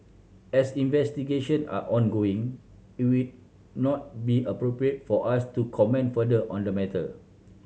as investigation are ongoing it will not be appropriate for us to comment further on the matter